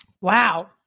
wow